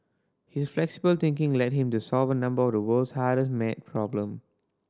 his flexible thinking led him to solve a number of the world's hardest maths problems